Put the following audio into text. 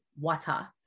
water